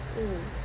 mm